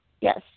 Yes